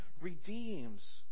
redeems